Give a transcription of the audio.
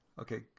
Okay